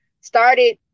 started